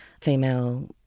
female